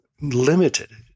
limited